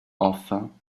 enfin